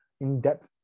in-depth